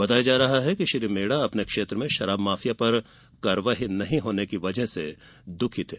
बताया जा रहा है कि श्री मेड़ा अपने क्षेत्र में शराब माफियों पर कार्यवाई नहीं होने से दुखी थे